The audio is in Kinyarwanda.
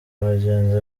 bagenzi